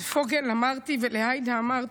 לפוגל אמרתי ולעאידה אמרתי,